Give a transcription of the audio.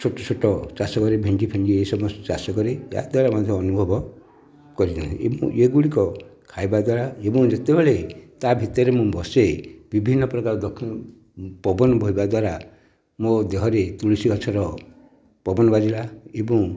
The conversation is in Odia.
ଛୋଟ ଛୋଟ ଚାଷ କରେ ଭେଣ୍ଡି ଫେଣ୍ଡି ଏହିସବୁ ଚାଷ କରି ଚାଷର ମଧ୍ୟ ଅନୁଭବ କରିଥାଏ ଏବଂ ଏଗୁଡ଼ିକ ଖାଇବା ଦ୍ୱାରା ଏବଂ ଯେତେବେଳେ ତା'ଭିତରେ ମୁଁ ବସେ ବିଭିନ୍ନ ପ୍ରକାର ପବନ ବହିବା ଦ୍ୱାରା ମୋ ଦେହରେ ତୁଳସୀ ଗଛର ପବନ ବାଜିଲା ଏବଂ